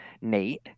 nate